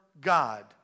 God